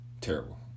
Terrible